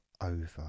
over